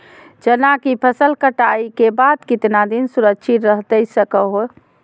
चना की फसल कटाई के बाद कितना दिन सुरक्षित रहतई सको हय?